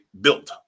built